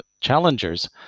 challengers